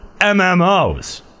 MMOs